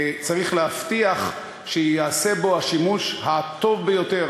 צריך להבטיח שייעשה בו השימוש הטוב ביותר,